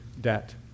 debt